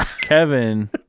Kevin